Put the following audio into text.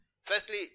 Firstly